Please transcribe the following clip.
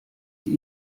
sie